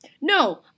No